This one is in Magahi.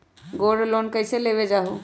गोल्ड लोन कईसे लेल जाहु?